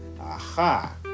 Aha